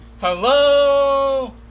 hello